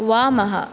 वामः